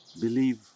believe